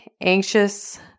anxious